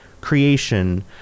creation